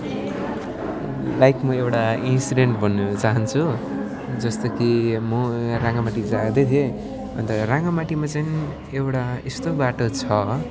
like म एउटा incident भन्न चाहन्छु जस्तो कि म राङ्गामाटी जाँदैथिएँ अन्त राङ्गामाटीमा चाहिँ एउटा यस्तो बाटो छ